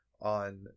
on